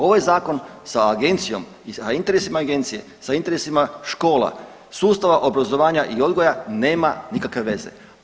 Ovaj zakon sa agencijom, sa interesima agencije, sa interesima škola, sustava obrazovanja i odgoja nema nikakve veze.